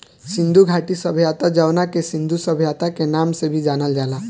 सिंधु घाटी सभ्यता जवना के सिंधु सभ्यता के नाम से भी जानल जाला